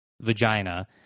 vagina